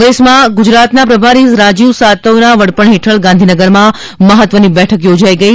કોંગ્રેસમાં ગુજરાતના પ્રભારી રાજીવ સાતવના વડપણ હેઠળ ગાંધીનગરમાં મહત્વની બેઠક યોજાઈ ગઈ